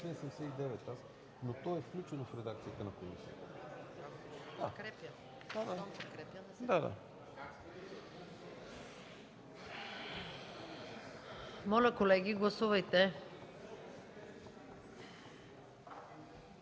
Моля, колеги, гласувайте.